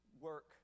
work